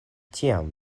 tiam